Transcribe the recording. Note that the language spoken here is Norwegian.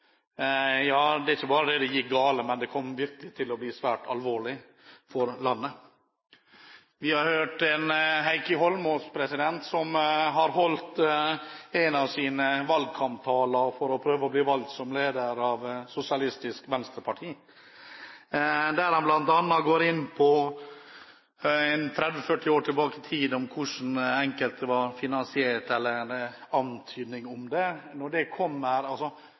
Ja, ikke bare gikk det galt, men det kom virkelig til å bli svært alvorlig for landet. Vi har hørt Heikki Holmås holde en av sine valgkamptaler for å prøve å bli valgt som leder av Sosialistisk Venstreparti, der han bl.a. går en 30–40 år tilbake i tid, og går inn på hvordan enkelte partier var finansiert, eller antydning om det. Når det